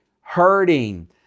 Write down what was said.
hurting